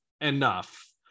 enough